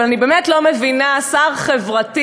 אבל אני באמת לא מבינה שר חברתי,